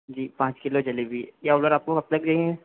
जी पाँच किलो जलेबी ये ओडर आपको कब तक चाहिए